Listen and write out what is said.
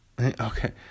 Okay